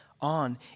on